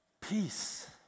Peace